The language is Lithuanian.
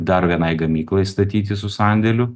dar vienai gamyklai statyti su sandėliu